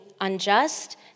unjust